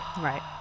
Right